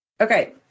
Okay